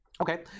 Okay